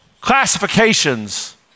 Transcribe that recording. classifications